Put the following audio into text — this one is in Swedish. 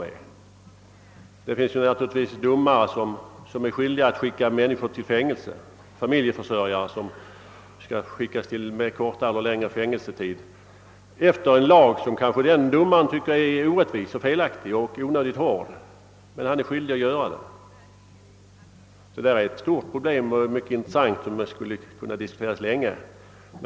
Vidare finns det naturligtvis domare, som ibland blir skyldiga att döma t.ex. en familjeförsörjare till fängelse för kortare eller längre tid, efter en lag som domaren kanske tycker är orättvis och felaktig och onödigt hård. Men han är ändå skyldig att göra det. Detta är ett stort och mycket intressant problem, och det skulle kunna diskuteras länge.